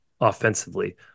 offensively